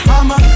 Mama